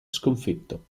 sconfitto